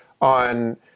on